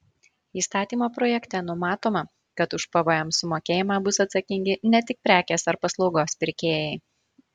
įstatymo projekte numatoma kad už pvm sumokėjimą bus atsakingi ne tik prekės ar paslaugos pirkėjai